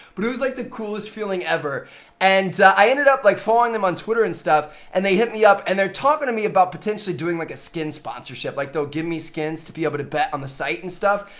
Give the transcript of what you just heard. but it was like the coolest feeling ever and i ended up like following them on twitter and stuff, and they hit me up. and they're talking to me about potentially doing, like a skin sponsorship like, they'll give me skins to be able to bet on the site and stuff.